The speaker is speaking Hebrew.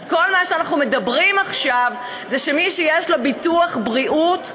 אז כל מה שאנחנו אומרים עכשיו הוא מי שיש לו ביטוח בריאות,